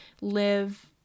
live